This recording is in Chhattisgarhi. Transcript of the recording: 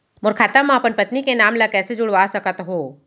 मोर खाता म अपन पत्नी के नाम ल कैसे जुड़वा सकत हो?